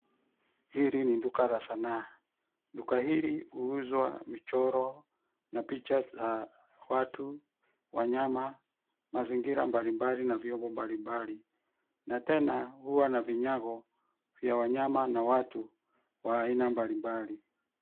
Hili ni duka la sanaa. Duka hili huuzwa michoro na picha za watu, wanyama, mazingira mbali mbali na vyombo mbali mbali. Na tena huwa na vinyago vya wanyama na watu wa aina mbali mbali.